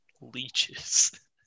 leeches